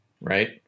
right